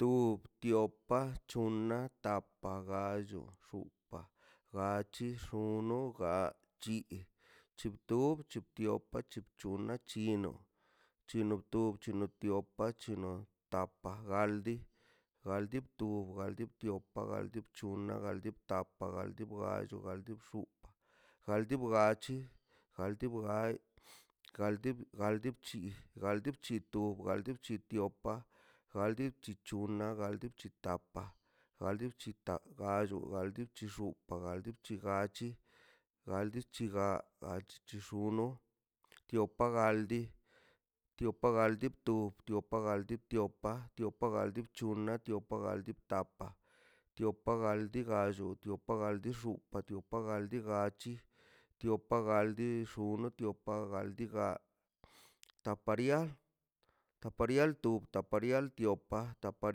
Tob, tiopa, chonaꞌ tapaꞌ gallo xopaꞌ gac̱hi xonoꞌ ga chi chip tiop chip tiopaꞌ chip chonaꞌ chino chino tiopa chino tapa galdi galdi top aldi tiopa galdi bc̱honaꞌ galdi tapaꞌ galdi galdi gallo galdi bxu galdi bga bc̱hi galdi bagai galdi galdi bchi galdi bchito galdi nchi tiopa galdi bchichona bagaldi bchitapa galdi bchita gallo galdi bchi xipa galdi bchi galli galdi chiga galdi chixono tipa galdi tiopa galdi bto tiopa galdi btiopa tiopa galdinchone tiopa galdi tapa tiopa galdi gallo tiopa galdi xupa digachi tiopa galdi tiopa galdi ga tapa rial tapa rial to tel tiopa tapa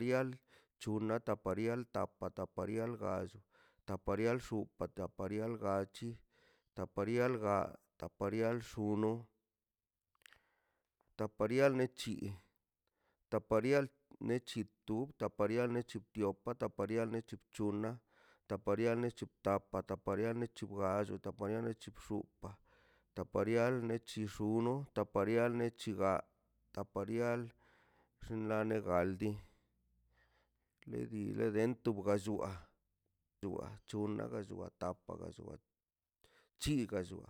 rial chuna tapa rial tapa tap rial gallo tapa rial xupa tapa rial gachi tapa ria ga tapa rial runno tapa rial mechi tapa rial mechi tub tapa rial mechi tapaꞌ tapa rial mechi bc̱honaꞌ tapa rial mechi btapa tapa rial mechi wallo tapa tapa rial mechi bxupaꞌtapa rial mechi xuno tapa rial mechi ga tapa rial mechi xnaꞌ negaldi de di lento wa ballua dua chonnaꞌ ga llua gallua chingallua